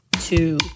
two